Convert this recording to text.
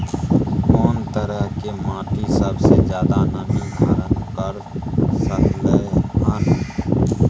कोन तरह के माटी सबसे ज्यादा नमी धारण कर सकलय हन?